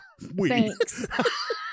Thanks